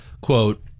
quote